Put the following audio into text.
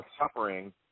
suffering –